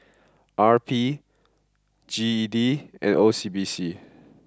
R P G E D and O C B C